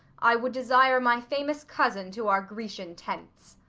i would desire my famous cousin to our grecian tents.